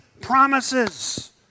promises